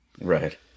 Right